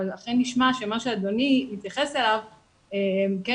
אבל אכן נשמע שמה שאדוני מתייחס אליו הם כן